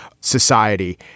society